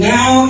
Now